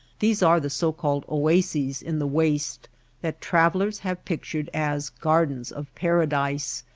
these are the so-called oases in the waste that travellers have pictured as gardens of paradise,